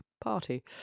party